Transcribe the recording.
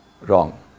Wrong